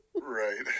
Right